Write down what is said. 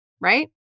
right